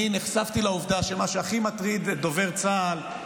אני נחשפתי לעובדה שמה שהכי מטריד את דובר צה"ל,